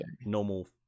normal